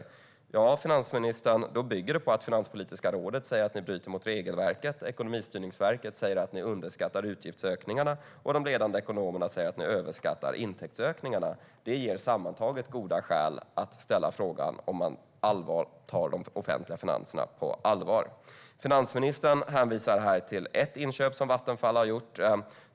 Det bygger, finansministern, på att Finanspolitiska rådet säger att ni bryter mot regelverket, att Ekonomistyrningsverket säger att ni underskattar utgiftsökningarna och att de ledande ekonomerna säger att ni överskattar intäktsökningarna. Det ger sammantaget goda skäl att ställa frågan om regeringen tar de offentliga finanserna på allvar. Finansministern hänvisar här till ett inköp som Vattenfall har gjort.